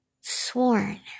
Sworn